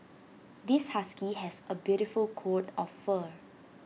this husky has A beautiful coat of fur